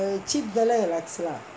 cheap தானே:thaanae wax லாம்:laam